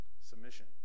submission